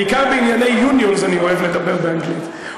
בעיקר בענייני unions אני אוהב לדבר באנגלית.